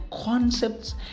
concepts